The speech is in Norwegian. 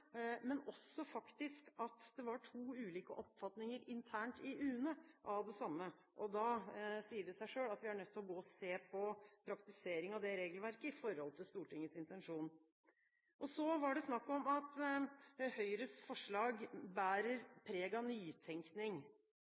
men det var også faktisk to ulike oppfatninger internt i UNE av det samme, og da sier det seg selv at vi er nødt til å gå og se på praktiseringen av det regelverket i forhold til Stortingets intensjon. Så var det snakk om at Høyres forslag bærer preg av nytenkning.